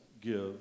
give